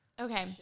Okay